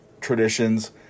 traditions